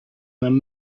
them